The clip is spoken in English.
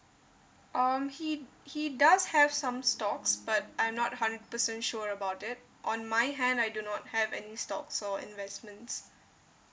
um he he does have some stocks but I'm not hundred percent sure about it on my hand I do not have any stock or investments